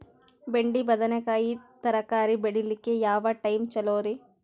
ಬೆಂಡಿ ಬದನೆಕಾಯಿ ತರಕಾರಿ ಬೇಳಿಲಿಕ್ಕೆ ಯಾವ ಟೈಮ್ ಚಲೋರಿ?